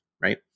right